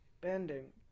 bending